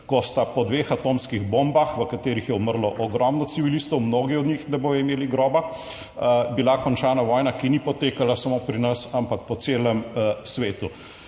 Ko sta po dveh atomskih bombah, v katerih je umrlo ogromno civilistov mnogi od njih ne bodo imeli groba, bila končana vojna, ki ni potekala samo pri nas, ampak po celem svetu.